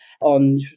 on